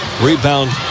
Rebound